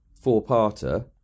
four-parter